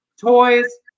Toys